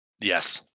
yes